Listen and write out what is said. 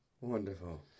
Wonderful